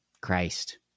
Christ